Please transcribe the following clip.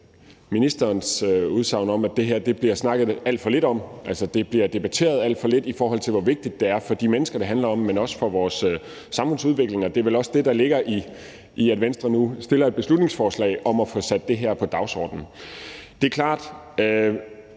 Det er klart,